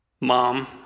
Mom